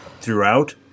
throughout